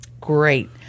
Great